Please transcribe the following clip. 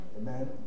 Amen